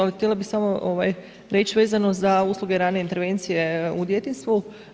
Ali htjela bih samo reći vezano za usluge rane intervencije u djetinjstvu.